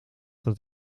dat